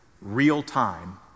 real-time